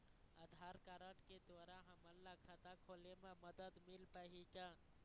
आधार card के द्वारा हमन ला खाता खोले म मदद मिल पाही का?